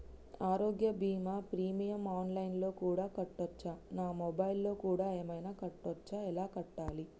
ఆరోగ్య బీమా premium online లో కూడా కట్టచ్చా? నా మొబైల్లో కూడా ఏమైనా కట్టొచ్చా? ఎలా కట్టాలి?